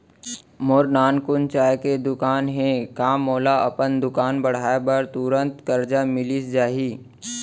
मोर नानकुन चाय के दुकान हे का मोला अपन दुकान बढ़ाये बर तुरंत करजा मिलिस जाही?